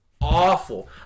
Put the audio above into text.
awful